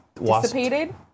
Dissipated